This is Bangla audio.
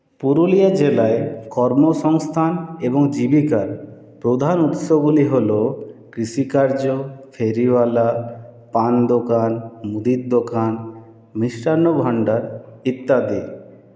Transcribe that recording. পুরুলিয়া জেলায় কর্মসংস্থান এবং জীবিকার প্রধান উৎসগুলি হল কৃষিকার্য ফেরিওয়ালা পান দোকান মুদির দোকান মিষ্টান্ন ভান্ডার ইত্যাদি